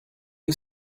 who